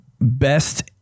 Best